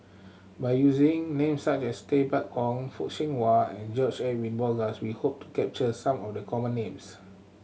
by using names such as Tay Bak Koi Fock Siew Wah and George Edwin Bogaars we hope to capture some of the common names